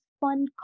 fun